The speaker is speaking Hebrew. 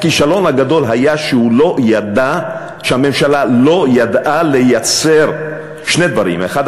הכישלון הגדול היה שהממשלה לא ידעה לייצר שני דברים: אחד,